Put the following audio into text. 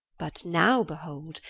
but now behold,